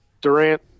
Durant